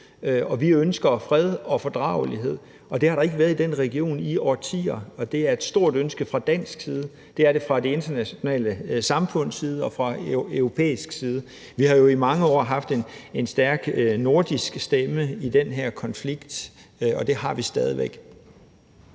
Vi ønsker fred og fordragelighed, og det har der ikke været i den region i årtier, og det er et stort ønske fra dansk side, det er det fra det internationale samfunds side og fra europæisk side. Vi har jo i mange år haft en stærk nordisk stemme i den her konflikt, og det har vi stadig væk.